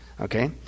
okay